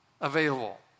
available